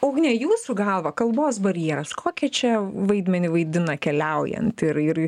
ugne jūsų galva kalbos barjeras kokį čia vaidmenį vaidina keliaujant ir ir